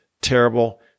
terrible